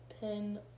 pin